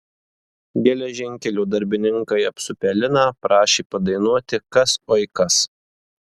geležinkelio darbininkai apsupę liną prašė padainuoti kas oi kas